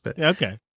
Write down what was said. Okay